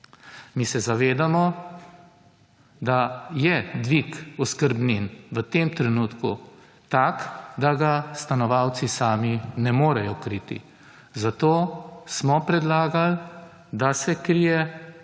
Mi se zavedamo, da je dvig oskrbnin v tem trenutku tak, da ga stanovalci sami ne morejo kriti, zato smo predlagali, da se krije